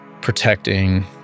protecting